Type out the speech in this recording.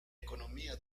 economía